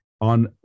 on